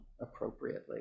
appropriately